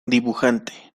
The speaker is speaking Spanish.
dibujante